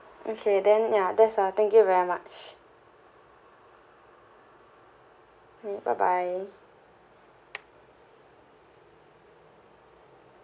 okay then ya that's all thank you very much